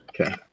Okay